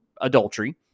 adultery